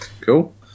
cool